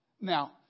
Now